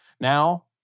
now